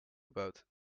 about